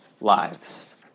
lives